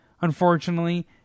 unfortunately